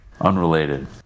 unrelated